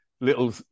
little